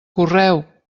correu